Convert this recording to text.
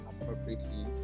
appropriately